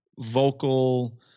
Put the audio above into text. vocal